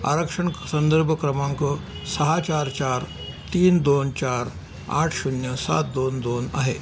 आरक्षण क् संदर्भ क्रमांक सहा चार चार तीन दोन चार आठ शून्य सात दोन दोन आहे